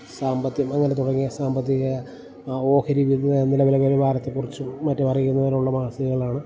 സാമ്പത്തികം അങ്ങനെ തുടങ്ങിയ സാമ്പത്തിക ഓഹരി വിപണി നില വാരത്തെക്കുറിച്ചും മറ്റും അറിയുന്നതിനുള്ള മാസികകളാണ്